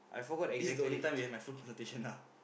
this is the only time you have my full consultation ah